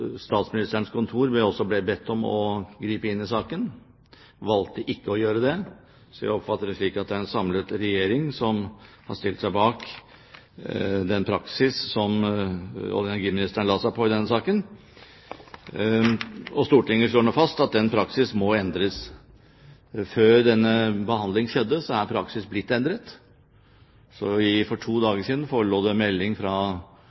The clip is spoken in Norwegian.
Statsministerens kontor ble også bedt om å gripe inn i saken, valgte ikke å gjøre det, så jeg oppfatter det slik at det er en samlet regjering som har stilt seg bak den praksis som olje- og energiministeren la seg på i denne saken. Stortinget slår nå fast at den praksis må endres. Før denne behandling skjedde, er praksis blitt endret, så for to dager siden forelå det en melding fra